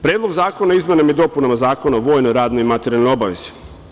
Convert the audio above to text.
Predlog zakona o izmenama i dopunama Zakona o vojnoj, radnoj i materijalnoj obavezi.